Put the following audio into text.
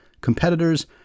competitors